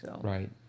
Right